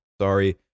Sorry